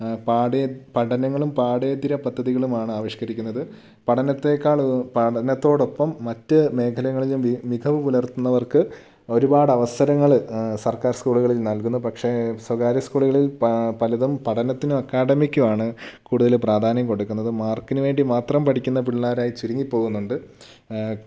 പാഠ്യേ പഠനങ്ങളും പാഠേതര പദ്ധതികളും ആണ് ആവിഷ്കരിക്കുന്നത് പഠനത്തെക്കാൾ പഠനത്തോടൊപ്പം മറ്റു മേഖലകളിലും മി മികവു പുലർത്തുന്നവർക്ക് ഒരുപാട് അവസരങ്ങൾ സർക്കാർ സ്കൂളുകളിൽ നൽകുന്നു പക്ഷേ സ്വകാര്യ സ്കൂളുകളിൽ പാ പലതും പഠനത്തിനും അക്കാഡമിക്കും ആണ് കൂടുതൽ പ്രാധാന്യം കൊടുക്കുന്നത് മാർക്കിനു വേണ്ടി മാത്രം പഠിക്കുന്ന പിള്ളേരായി ചുരുങ്ങിപ്പോകുന്നുണ്ട്